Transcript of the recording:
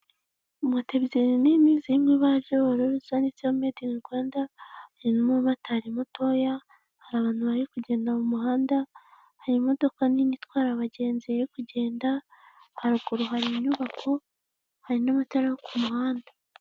Moto ebyiri nini zirimo ibara ry'ubururu zanditseho made ini rwanda, hari mutoya hari abantu bari kugenda mu muhanda hari imodoka nini itwara abagenzi kugenda haruguru hari inyubako hari n'amatara yo ku muhanda.